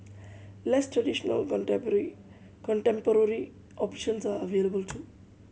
less traditional contemporary options are available too